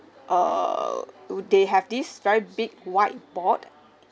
err they have this very big whiteboard